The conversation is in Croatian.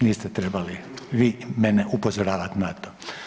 Niste trebali vi mene upozoravati na to.